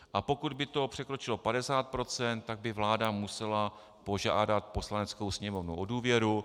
A pokud by to překročilo 50 %, tak by vláda musela požádat Poslaneckou sněmovnu o důvěru.